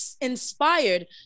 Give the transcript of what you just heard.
inspired